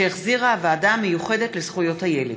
שהחזירה הוועדה המיוחדת לזכויות הילד.